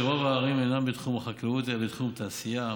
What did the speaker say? שרוב העררים אינם בתחום החקלאות אלא בתחום תעשיה,